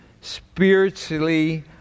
spiritually